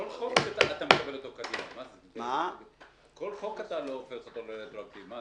אף חוק אתה לא הופך לרטרואקטיבי.